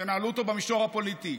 תנהלו אותו במישור הפוליטי.